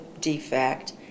defect